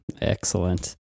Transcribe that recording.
Excellent